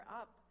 up